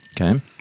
Okay